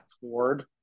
Ford